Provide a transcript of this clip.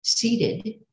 Seated